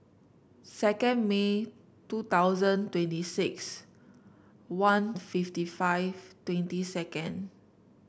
second May two thousand twenty six one fifty five twenty second